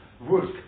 work